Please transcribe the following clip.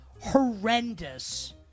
horrendous